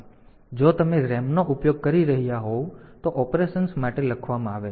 તેથી જો તમે RAM નો ઉપયોગ કરી રહ્યા હોવ તો ઓપરેશન્સ માટે લખવા માટે છે